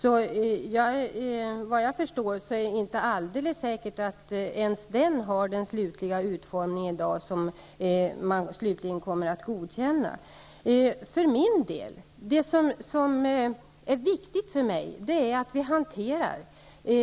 Såvitt jag förstår är det inte alldeles säkert att den i dag har den utformning som man slutligen kommer att godkänna. Det som är viktigt för mig är att vi hanterar